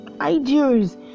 ideas